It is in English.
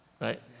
Right